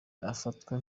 afatwa